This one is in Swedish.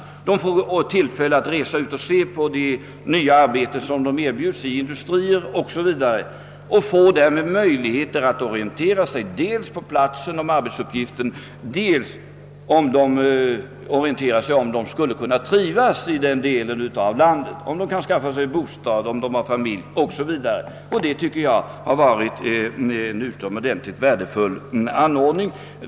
Vederbörande får tillfälle att resa ut och se på det nya arbetet som de erbjuds i industrier 0. s. v. och får därmed möjlighet att orientera sig dels på platsen om arbetsuppgiften, dels undersöka om de skulle kunna trivas i den delen av landet, om de skulle kunna skaffa sig bostad ifall de har familj o.s.v. Jag tycker att detta har varit en utomordentligt värdefull anordning.